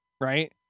right